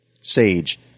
Sage